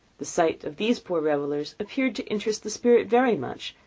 the sight of these poor revellers appeared to interest the spirit very much,